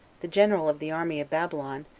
the general of the army of babylon,